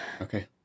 Okay